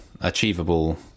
achievable